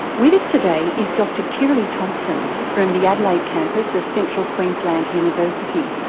with us today is dr kirrilly thompson from the adelaide campus of central queensland university.